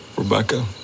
Rebecca